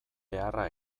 beharra